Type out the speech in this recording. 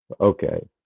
Okay